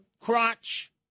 crotch